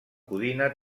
codina